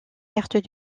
carte